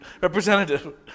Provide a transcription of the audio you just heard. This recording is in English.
representative